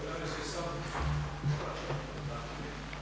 Hvala vam